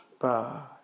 Bye